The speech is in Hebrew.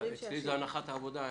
אצלי זו הנחת העבודה.